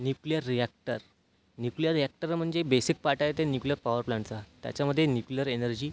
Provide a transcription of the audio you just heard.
nuclear reactor nuclear reactor म्हणजे basic part आहे ते न्यूक्लिअर पॉवर प्लँटचा त्याच्यामध्ये न्यूक्लिअर एनर्जी